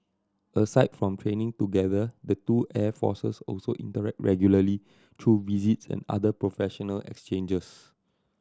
aside from training together the two air forces also interact regularly through visits and other professional exchanges